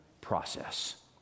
process